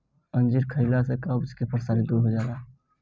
अंजीर खइला से कब्ज के परेशानी दूर हो जाला